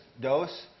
dose